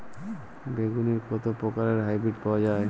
বেগুনের কত প্রকারের হাইব্রীড পাওয়া যায়?